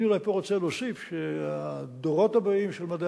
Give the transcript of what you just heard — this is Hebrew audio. אני פה רוצה להוסיף שהדורות הבאים של מדי